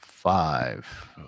Five